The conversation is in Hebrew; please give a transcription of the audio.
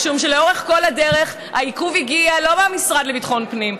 משום שלאורך כל הדרך העיכוב הגיע לא מהמשרד לביטחון פנים,